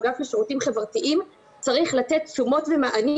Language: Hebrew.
האגף לשירותים חברתיים צריך לתת תשומות ומענים